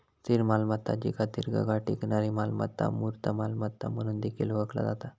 स्थिर मालमत्ता जिका दीर्घकाळ टिकणारी मालमत्ता, मूर्त मालमत्ता म्हणून देखील ओळखला जाता